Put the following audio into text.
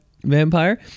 vampire